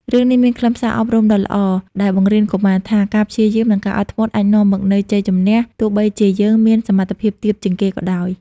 រឿងនេះមានខ្លឹមសារអប់រំដ៏ល្អ ដែលបង្រៀនកុមារថា ការព្យាយាមនិងការអត់ធ្មត់ អាចនាំមកនូវជ័យជម្នះ ទោះបីជាយើងមានសមត្ថភាពទាបជាងគេក៏ដោយ។